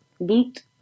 Boot